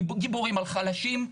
גיבורים על חלשים?